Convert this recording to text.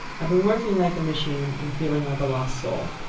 i've been working like a machine, and feeling like a lost soul.